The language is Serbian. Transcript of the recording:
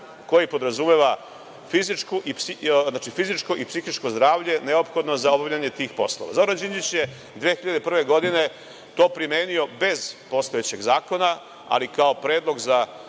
koji podrazumeva fizičko i psihičko zdravlje neophodno za obavljanje tih poslova. Zoran Đinđić je 2001. godine to primenio bez postojećeg zakona, ali kao predlog za